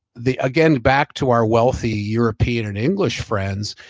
the again back to our wealthy european and english friends,